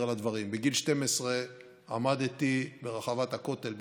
לדברים: בגיל 12 עמדתי ברחבת הכותל,